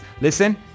listen